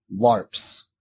LARPs